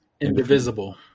Indivisible